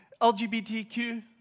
LGBTQ